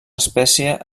espècie